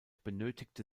benötigte